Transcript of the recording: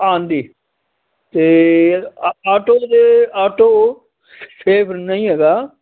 ਆਉਣ ਦੀ ਅਤੇ ਅ ਆਟੋ ਦੇ ਆਟੋ ਸੇਫ ਨਹੀਂ ਹੈਗਾ